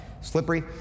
slippery